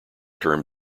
term